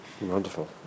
Wonderful